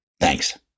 Thanks